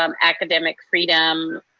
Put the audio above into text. um academic freedom,